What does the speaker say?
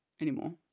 anymore